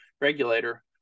regulator